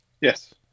Yes